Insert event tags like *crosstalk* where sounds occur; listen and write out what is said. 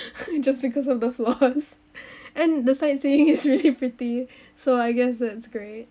*laughs* it just because of the floor and the sight seeing is really pretty *laughs* so I guess that's great